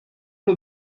nos